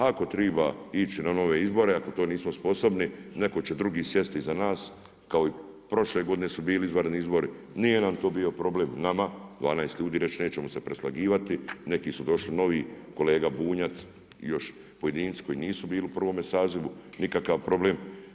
Ako treba ići na nove izbore, ako to nismo sposobni, netko će drugi sjesti iza nas kao i prošle godine su bili izvanredni izbori, nije nam to bio problem nama 12 ljudi reći nećemo se preslagivati, neki su došli novi kolega Bunjac i još pojedinci koji nisu bili u prvome sazivu, nikakav problem.